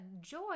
joy